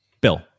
Bill